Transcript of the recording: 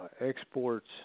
exports